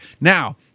now